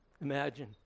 Imagine